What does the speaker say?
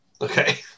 Okay